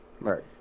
Right